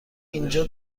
اینجا